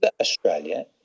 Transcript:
Australia